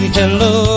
hello